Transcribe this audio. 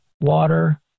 water